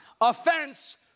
offense